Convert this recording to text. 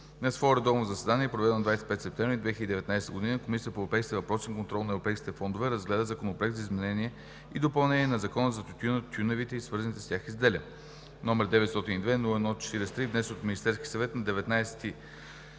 свое редовно заседание, проведено на 25 септември 2019 г., Комисията по европейските въпроси и контрол на европейските фондове разгледа Законопроект за изменение и допълнение на Закона за тютюна, тютюневите и свързаните с тях изделия, № 902 01-43, внесен от Министерския съвет на 19